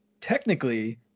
technically